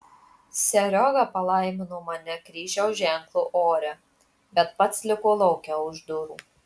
serioga palaimino mane kryžiaus ženklu ore bet pats liko lauke už durų